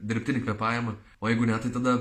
dirbtinį kvėpavimą o jeigu ne tai tada